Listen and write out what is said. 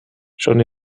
schon